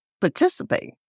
participate